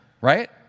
Right